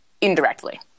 indirectly